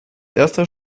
erster